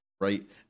right